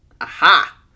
Aha